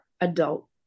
adult